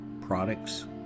products